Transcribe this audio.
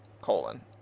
colon